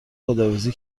خداحافظی